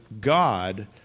God